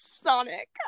sonic